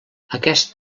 aquest